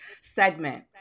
segment